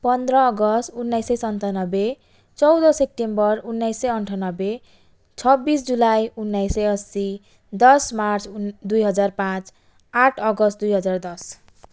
पन्ध्र अगस्त उन्नाइस सय सन्तानब्बे चौध सेप्टेम्बर उन्नाइस सय अन्ठानब्बे छब्बिस जुलाई उन्नाइस सय असी दस मार्च दुई हजार पाँच आठ अगस्त दुई हजार दस